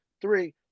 three